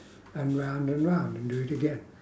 and round and round and do it again